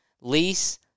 lease